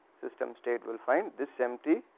system state will find this empty